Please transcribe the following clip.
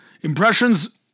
impressions